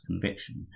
conviction